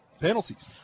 Penalties